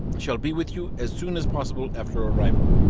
shall be with you as soon as possible after arrival.